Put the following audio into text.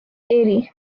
erie